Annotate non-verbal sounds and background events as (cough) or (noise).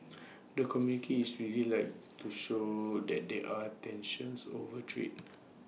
(noise) the communicate is really likes to show that they are tensions over trade